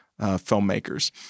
filmmakers